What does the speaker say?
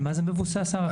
על זה מבוסס ההערכה הזאת?